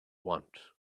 want